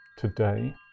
Today